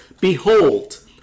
behold